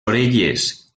orelles